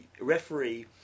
referee